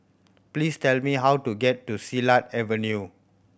please tell me how to get to Silat Avenue